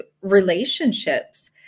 relationships